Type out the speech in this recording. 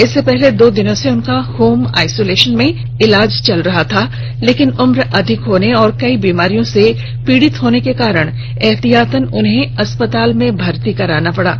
इससे पहले दो दिनों से उनका होम आइसोलेशन में इलाज चल रहा था लेकिन उम्र अधिक होने और कई बीमारियों से पीड़ित होने के कारण एहतियातन उन्हें अस्पताल में भर्ती कराया गया है